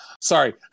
Sorry